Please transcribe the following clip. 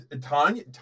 Tanya